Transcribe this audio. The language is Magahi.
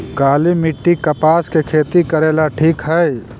काली मिट्टी, कपास के खेती करेला ठिक हइ?